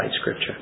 Scripture